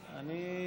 אני,